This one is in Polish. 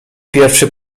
pierwszy